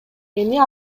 эми